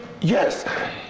Yes